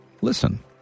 Listen